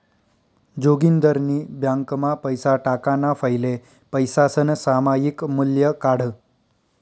जोगिंदरनी ब्यांकमा पैसा टाकाणा फैले पैसासनं सामायिक मूल्य काढं